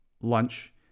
lunch